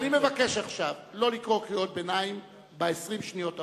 אני מבקש עכשיו לא לקרוא קריאות ביניים ב-20 השניות הבאות.